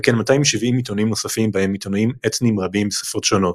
וכן 270 עיתונים נוספים בהם עיתונים אתניים רבים בשפות שונות.